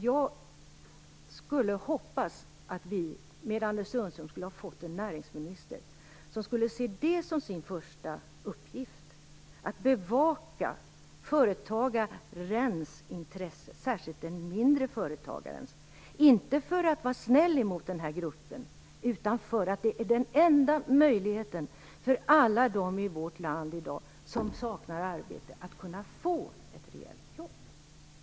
Jag skulle hoppas att vi med Anders Sundström skulle ha fått en näringsminister som skulle se som sin första uppgift att bevaka företagarnas, särskilt de mindre företagarnas intressen - inte för att vara snäll emot den här gruppen utan därför att det är den enda möjligheten för alla dem i vårt land som i dag saknar arbete att kunna få ett rejält jobb.